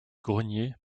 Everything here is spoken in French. grenier